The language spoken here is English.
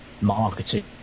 marketing